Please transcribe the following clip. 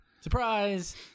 Surprise